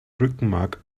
rückenmark